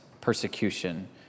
persecution